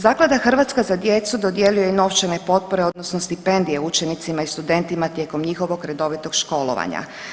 Zaklada „Hrvatska za djecu“ dodjeljuje i novčane potpore odnosno stipendije učenicima i studentima tijekom njihovog redovitog školovanja.